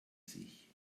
sich